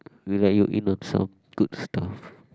we let you in on some good stuff